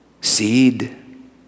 Seed